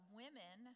women